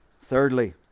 thirdly